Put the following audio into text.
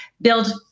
build